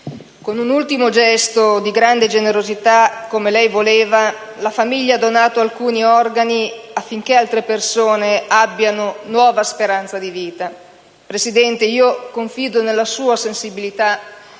Con un ultimo gesto di grande generosità, come lei voleva, la famiglia ha donato alcuni organi affinché altre persone abbiano nuova speranza di vita. Signor Presidente, confido nella sua sensibilità